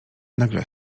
nagle